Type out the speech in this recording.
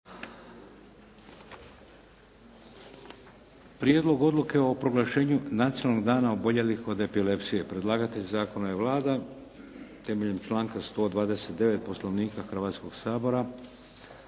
Prijedlog odluke o proglašenju "Nacionalnog dana oboljelih od epilepsije" Predlagatelj zakona je Vlada. Temeljem članka 129. Poslovnika